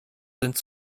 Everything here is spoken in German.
sind